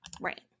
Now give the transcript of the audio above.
Right